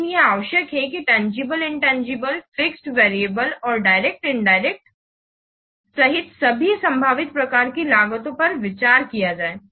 लेकिन यह आवश्यक है कि तंजीबले िंतांगीबले फिक्स्ड वेरिएबल और डायरेक्ट इंदिरेक्ट सहित सभी संभावित प्रकार की लागतों पर विचार किया जाए